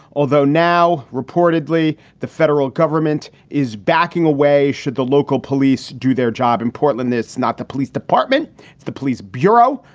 although now reportedly the federal government is backing away. should the local police do their job in portland? it's not the police department. it's the police bureau.